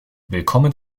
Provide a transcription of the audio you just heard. willkommen